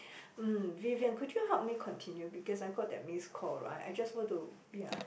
mm Vivian could you help me continue because I got that missed call right I just want to ya